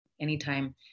anytime